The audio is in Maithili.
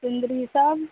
चुंदरी सब